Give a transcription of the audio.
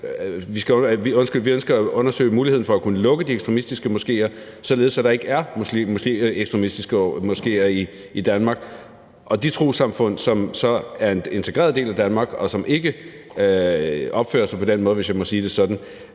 vi ønsker at undersøge muligheden for at kunne lukke de ekstremistiske moskéer, således at der ikke er ekstremistiske moskéer i Danmark. Og de trossamfund, som så er en integreret del af Danmark, og som ikke opfører sig på den måde, hvis jeg må sige det sådan,